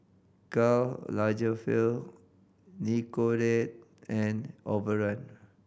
Karl Lagerfeld Nicorette and Overrun